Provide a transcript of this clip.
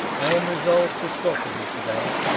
i am resolved to slaughter thee to-day.